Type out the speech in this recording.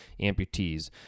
amputees